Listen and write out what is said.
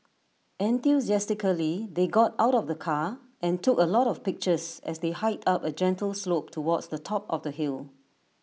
enthusiastically they got out of the car and took A lot of pictures as they hiked up A gentle slope towards the top of the hill